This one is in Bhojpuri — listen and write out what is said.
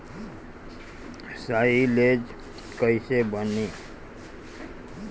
साईलेज कईसे बनी?